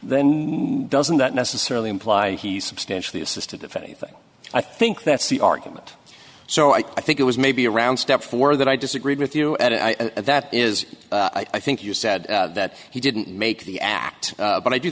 then doesn't that necessarily imply he substantially assisted if anything i think that's the argument so i think it was maybe around step four that i disagreed with you and that is i think you said that he didn't make the act but i do